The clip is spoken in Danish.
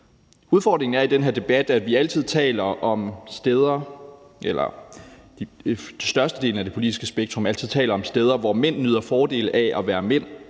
af det politiske spektrum altid taler om steder, hvor mænd nyder fordele af at være mænd